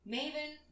Maven